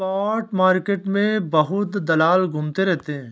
spot market में बहुत दलाल घूमते रहते हैं